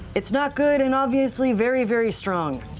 it's not good and obviously very, very strong.